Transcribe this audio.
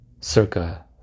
circa